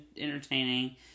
entertaining